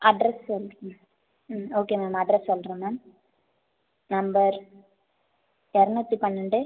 address சொல்கிறேன் ma'am hmm okay ma'am address சொல்கிறேன் ma'am number இரநூத்தி பன்னெண்டு